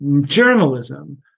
journalism